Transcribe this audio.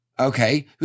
Okay